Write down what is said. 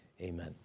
Amen